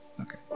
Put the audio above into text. Okay